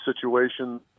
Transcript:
situation